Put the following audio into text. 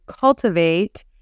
cultivate